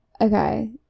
Okay